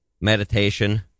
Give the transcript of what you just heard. meditation